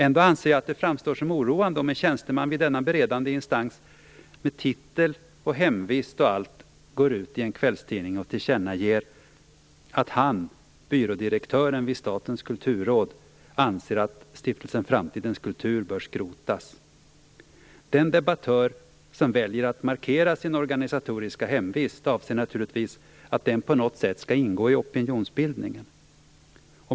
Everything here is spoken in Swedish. Ändå anser jag att det framstår som oroande om en tjänsteman vid denna beredande instans med titel, hemvist och allt går ut i en kvällstidning och tillkännager att han, byrådirektören vid Statens kulturråd, anser att Stiftelsen Framtidens kultur bör skrotas. Den debattör som väljer att markera sitt organisatoriska hemvist avser naturligtvis att den på något sätt skall ingå i opinionsbildningen.